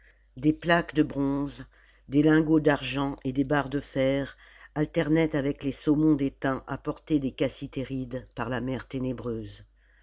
des plaques de bronze des lingots d'argent et des barres de fer alternaient avec les saumons d'étain apportés des cassitérides par la mer ténébreuse